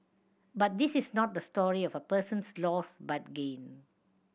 but this is not the story of a person's loss but gain